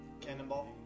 cannonball